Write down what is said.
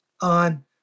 on